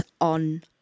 on